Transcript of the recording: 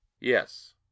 yes